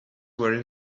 were